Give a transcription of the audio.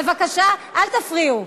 בבקשה, אל תפריעו.